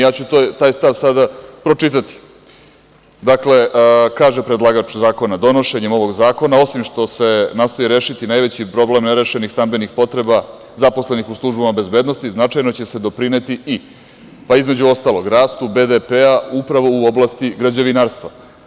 Ja ću taj stav sada pročitati, dakle, kaže predlagač zakona – donošenjem ovog zakona osim što se nastoji rešiti najveći problem nerešenih stambenih potreba zaposlenih u službama bezbednosti značajno će se doprineti i, pa između ostalog, rastu BDP upravo u oblasti građevinarstva.